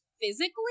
physically